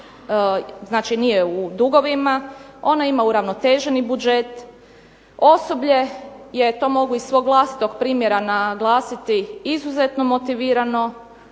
znači nije u dugovima. Ona ima uravnoteženi budžet, osoblje je, to mogu iz svog vlastitog primjera naglasiti, izuzetno motivirano,